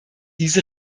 diese